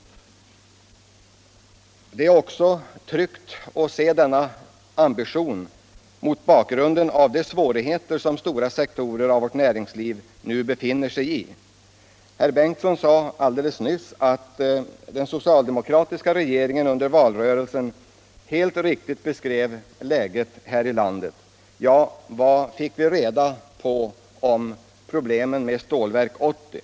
Med tanke på de svårigheter som stora sektorer av vårt näringsliv nu befinner sig i är det tryggt att den här ambitionen finns. Herr Ingemund Bengtsson sade alldeles nyss att den socialdemokratiska regeringen under valrörelsen helt riktigt beskrev läget här i landet. Vad fick vi reda på om problemen med Stålverk 80?